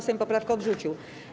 Sejm poprawkę odrzucił.